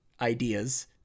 ideas